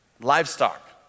livestock